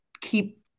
Keep